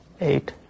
eight